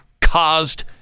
caused